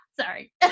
sorry